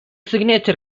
signature